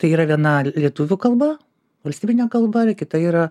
tai yra viena lietuvių kalba valstybinė kalba ir kita yra